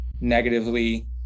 negatively